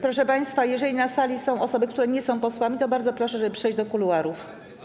Proszę państwa, jeżeli na sali są osoby, które nie są posłami, to bardzo proszę, żeby przejść do kuluarów.